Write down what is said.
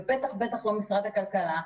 ובטח בטח לא משרד הכלכלה,